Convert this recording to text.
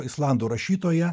islandų rašytoja